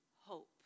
hope